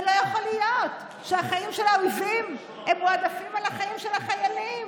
זה לא יכול להיות שהחיים של האויבים מועדפים על החיים של החיילים.